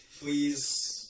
Please